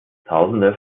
tausende